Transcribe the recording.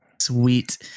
Sweet